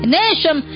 nation